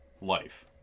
Life